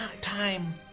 Time